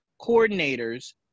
coordinators